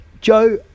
Joe